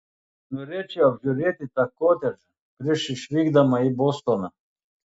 norėčiau apžiūrėti tą kotedžą prieš išvykdama į bostoną